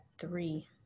three